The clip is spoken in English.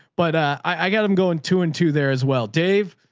but i got them going two and two there as well. dave,